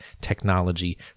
technology